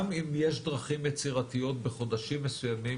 גם אם יש דרכים יצירתיות בחודשים מסוימים